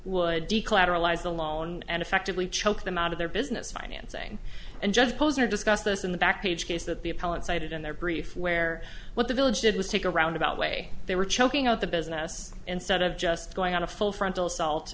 would declare allies alone and effectively choke them out of their business financing and judge posner discuss this in the back page case that the appellant cited in their brief where what the village did was take a roundabout way they were choking out the business instead of just going on a full frontal assault